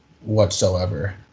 whatsoever